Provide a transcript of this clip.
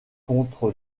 contre